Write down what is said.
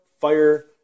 fire